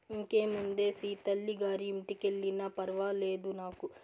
ఇంకేముందే సీతల్లి గారి ఇంటికెల్లినా ఫర్వాలేదు నాకు